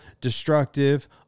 destructive